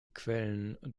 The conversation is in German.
quellen